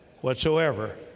whatsoever